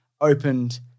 opened